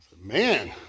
Man